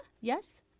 Yes